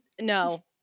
no